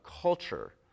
culture